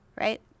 right